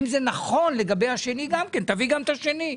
אם זה נכון לגבי השני, תביא גם את השני.